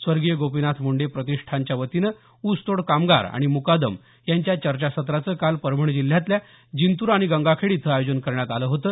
स्वर्गीय गोपीनाथराव मुंडे प्रतिष्ठानच्यावतीनं ऊसतोड कामगार आणि मुकादम यांच्या चर्चासत्राचं काल परभणी जिल्ह्यातल्या जिंतूर आणि गंगाखेड इथं आयोजन करण्यात आलं होतं